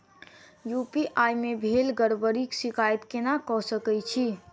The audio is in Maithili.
यु.पी.आई मे भेल गड़बड़ीक शिकायत केना कऽ सकैत छी?